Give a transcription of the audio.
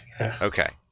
Okay